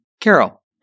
Carol